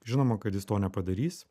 žinoma kad jis to nepadarys